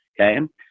okay